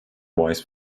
vice